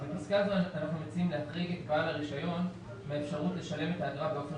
אנחנו מציעים להחריג את בעל הרישיון מהאפשרות לשלם את האגרה באופן